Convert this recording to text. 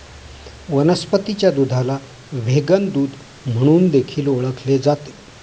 वनस्पतीच्या दुधाला व्हेगन दूध म्हणून देखील ओळखले जाते